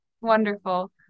wonderful